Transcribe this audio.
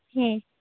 ᱦᱮᱸ